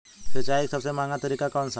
सिंचाई का सबसे महंगा तरीका कौन सा है?